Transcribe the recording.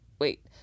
wait